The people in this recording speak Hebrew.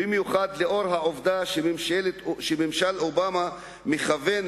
במיוחד לאור העובדה שממשל אובמה מתכוון,